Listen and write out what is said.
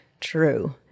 true